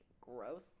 gross